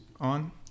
on